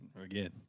Again